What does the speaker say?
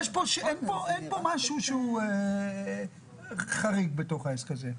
אין כאן משהו שהוא חריג בתוך הדבר הזה.